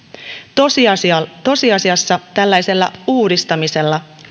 tosiasiassa tosiasiassa tällaisella uudistamisella